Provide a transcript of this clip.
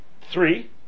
three